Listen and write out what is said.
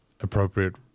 appropriate